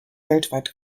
weltweit